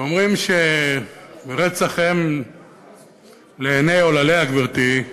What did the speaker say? ואומרים שרצח אם לעיני עולליה, גברתי,